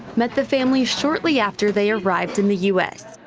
met the family shortly after they arrived in the u s.